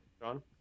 John